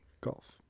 golf